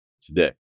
today